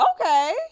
okay